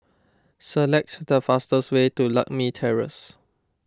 select the fastest way to Lakme Terrace